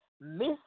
Miss